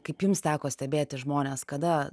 kaip jums teko stebėti žmones kada